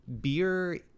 beer